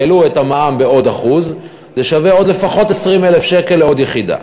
העלו את המע"מ בעוד 1%. זה שווה עוד לפחות 20,000 שקל לעוד יחידה.